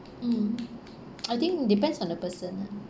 mm I think depends on the person ah